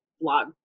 blog